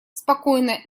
спокойно